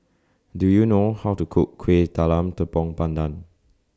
Do YOU know How to Cook Kueh Talam Tepong Pandan